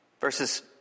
Verses